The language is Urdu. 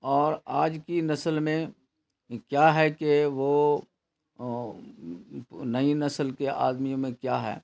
اور آج کی نسل میں کیا ہے کہ وہ نئی نسل کے آدمیوں میں کیا ہے